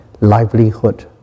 livelihood